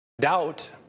Doubt